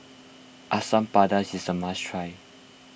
Asam Pedas is a must try